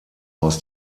aus